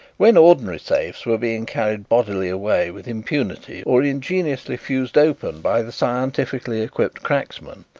when ordinary safes were being carried bodily away with impunity or ingeniously fused open by the scientifically equipped cracksman,